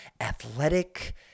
athletic